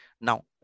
Now